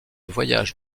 voyage